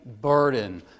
burden